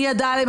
מי ידע עליהם,